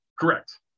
Correct